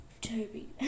Toby